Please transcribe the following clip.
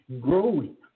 growing